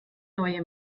neue